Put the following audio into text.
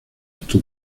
esto